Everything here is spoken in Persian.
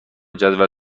جدول